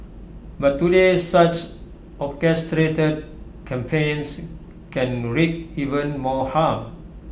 but today such orchestrated campaigns can wreak even more harm